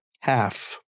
Half